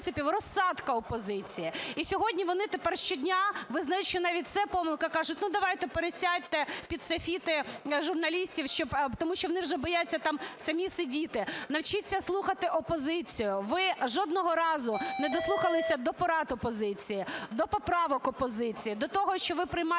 Ви жодного разу не дослухалися до порад опозиції, до поправок опозиції, до того, що ви приймаєте в